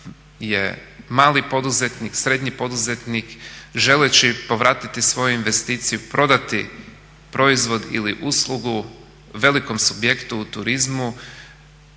je mali poduzetnik, srednji poduzetnik želeći povratiti svoju investiciju, prodati proizvod ili uslugu velikom subjektu u turizmu